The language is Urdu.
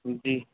جی